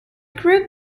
group